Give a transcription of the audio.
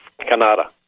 Canada